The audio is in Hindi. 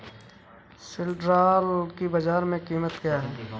सिल्ड्राल की बाजार में कीमत क्या है?